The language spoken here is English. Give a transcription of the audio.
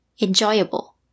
Enjoyable